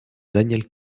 daniel